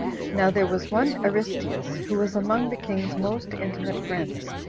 now there was one aristeus, who was among the king's most intimate friends,